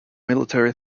military